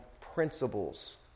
principles